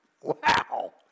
Wow